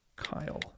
Kyle